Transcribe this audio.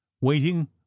waiting